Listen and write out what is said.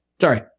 Sorry